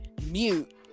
mute